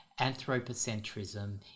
anthropocentrism